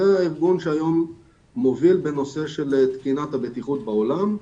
זה ארגון שהיום מוביל בנושא של תקינת הבטיחות בעולם.